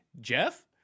Jeff